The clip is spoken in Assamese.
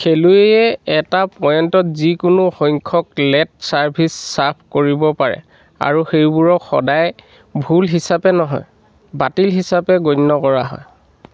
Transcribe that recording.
খেলুৱৈয়ে এটা পইণ্টত যিকোনো সংখ্যক লেট ছাৰ্ভিচ ছাৰ্ভ কৰিব পাৰে আৰু সেইবোৰক সদায় ভুল হিচাপে নহয় বাতিল হিচাপে গণ্য কৰা হয়